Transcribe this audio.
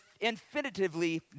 infinitively